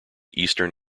eastern